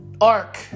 arc